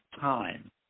time